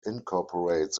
incorporates